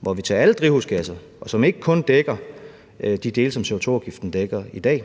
hvor vi tager alle drivhusgasser, og som ikke kun dækker de dele, som CO2-afgiften dækker i dag.